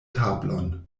tablon